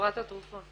חברת התרופות.